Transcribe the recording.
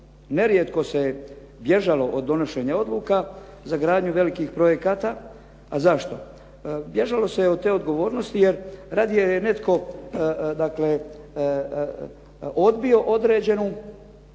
Nerijetko se je bježalo od donošenja odluka za gradnju velikih projekata. A zašto? Bježalo se je od te odgovornosti, jer radije je netko odbio određenu